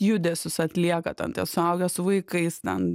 judesius atlieka ten tie suaugę su vaikais ten